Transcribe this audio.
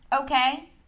Okay